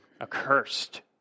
accursed